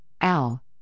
al